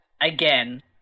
Again